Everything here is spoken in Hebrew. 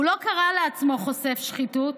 הוא לא קרא לעצמו חושף שחיתות,